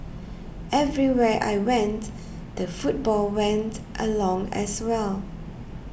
everywhere I went the football went along as well